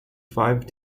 five